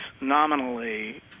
nominally